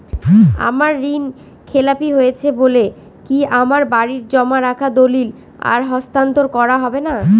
আমার ঋণ খেলাপি হয়েছে বলে কি আমার বাড়ির জমা রাখা দলিল আর হস্তান্তর করা হবে না?